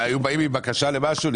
היו באים עם בקשה למשהו.